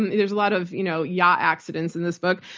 there's a lot of, you know, yacht accidents in this book.